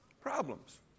problems